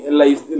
life